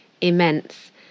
immense